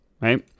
right